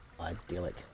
idyllic